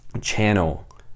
channel